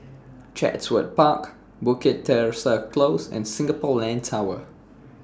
Chatsworth Park Bukit Teresa Close and Singapore Land Tower